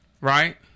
right